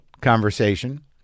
conversation